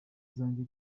zanjye